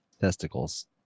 Testicles